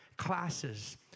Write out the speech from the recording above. Classes